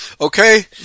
Okay